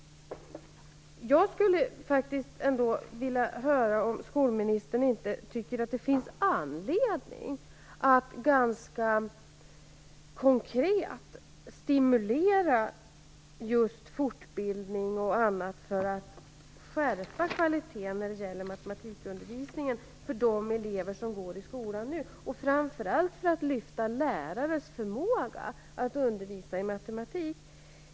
Jag skulle vilja höra om inte skolministern tycker att det finns anledning att ganska konkret stimulera just fortbildning och annat för att höja kvaliteten när det gäller matematikundervisningen för de elever som nu går i skolan och framför allt för att lyfta lärares förmåga att undervisa i matematik.